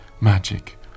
magic